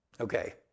Okay